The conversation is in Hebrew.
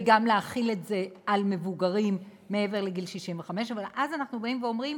וגם להחיל את זה על מבוגרים מעבר לגיל 65. אבל אז אנחנו באים ואומרים